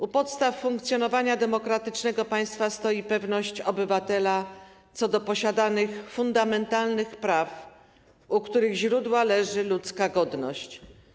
U podstaw funkcjonowania demokratycznego państwa stoi pewność obywatela co do posiadania fundamentalnych praw, u których źródła leży ludzka godność.